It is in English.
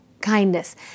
kindness